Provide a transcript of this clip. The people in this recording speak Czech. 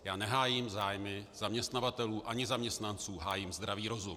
Já nehájím zájmy zaměstnavatelů ani zaměstnanců, hájím zdravý rozum.